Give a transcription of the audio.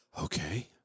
Okay